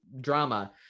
drama